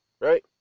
right